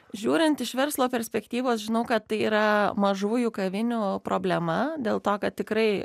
žiūrint iš verslo perspektyvos žinau kad tai yra mažųjų kavinių problema dėl to kad tikrai